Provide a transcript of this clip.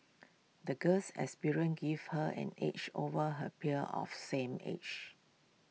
the girl's experiences gave her an edge over her peers of same age